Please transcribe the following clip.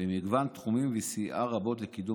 במגוון תחומים וסייעה רבות לקידום